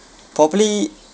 probably